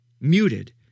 muted